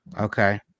Okay